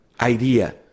idea